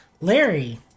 Larry